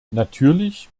natürlich